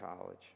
College